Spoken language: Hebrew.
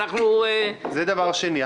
זה דבר שני.